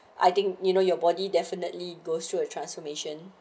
I think you know your body definitely goes through a transformation